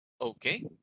Okay